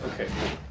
Okay